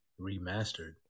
Remastered